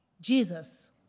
Jesus